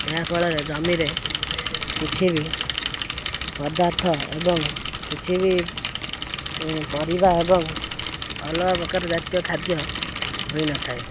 ଏହାଫଳରେ ଜମିରେ କିଛି ବି ପଦାର୍ଥ ଏବଂ କିଛି ବି ପରିବା ଏବଂ ଅଲଗା ପ୍ରକାର ଜାତୀୟ ଖାଦ୍ୟ ହୋଇନଥାଏ